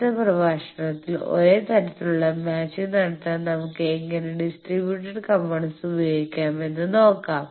അടുത്ത പ്രഭാഷണത്തിൽ ഒരേ തരത്തിലുള്ള മാച്ചിങ് നടത്താൻ നമുക്ക് എങ്ങനെ ഡിസ്ട്രിബ്യുട്ടഡ് കമ്പോണന്റ്സ് ഉപയോഗിക്കാമെന്ന് നോക്കാം